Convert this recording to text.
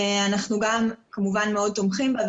אנחנו כמובן מאוד תומכים בה,